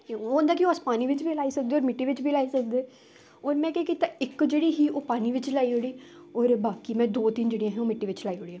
ओह् होंदा कि ओह् अस पानी बिच्च बी लाई सकदे होर मिट्टी बिच्च बी लाई सकदे होर में केह् कीता इक जेह्ड़ी ही ओह् पानी बिच्च लाई ओड़ी होर बाकी में दो तिन्न जेह्ड़ियां हियां ओह् मिट्टी बिच्च लाई ओड़ियां